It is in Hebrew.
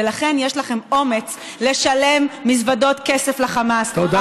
ולכן, יש לכם אומץ לשלם מזוודות כסף לחמאס, תודה.